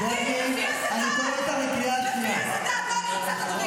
לפי איזה דת אונסים